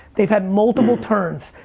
they've had multiple turns,